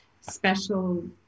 special